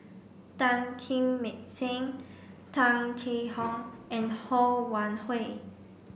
Tan Kim Seng Tung Chye Hong and Ho Wan Hui